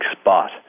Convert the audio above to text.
spot